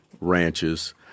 ranches